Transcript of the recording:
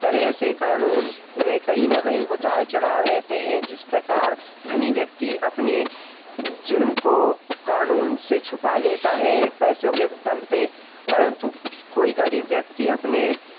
तरह से कानून में कहीं ना कहीं से उतार चढ़ाव रहते हैं जिस प्रकार धनी व्यक्ति अपने जुर्म को कानून से छुपा लेता है पैसों के दम पर परन्तु कोई गरीब व्यक्ति अपने